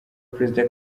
perezida